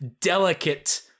delicate